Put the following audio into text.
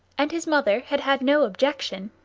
and his mother had had no objection